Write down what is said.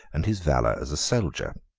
and his valor as a soldier.